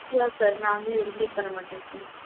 இல்லை சார் நான் வந்து இதை ரிப்பீட் பண்ணமாட்டேன் சார்